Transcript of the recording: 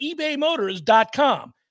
ebaymotors.com